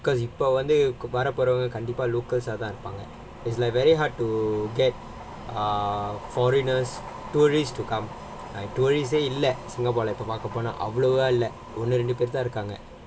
because you இப்போ வந்து வர போறவங்க கண்டிப்பா:ippo vandhu vara poravanga kandippaa is like very hard to get ah foreigners tourists to come tourists இல்ல சிங்கப்பூர்ல இப்போ பார்க்க போனா அவ்ளோவா இல்ல ஒன்னு ரெண்டு பேர்தான் இருகாங்க:illa singaporela ippo paarkka ponaa avlovaa illa onnu renduperthaan irukkaanga